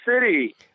City